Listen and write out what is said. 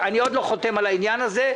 אני עוד לא חותם על העניין הזה.